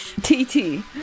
T-T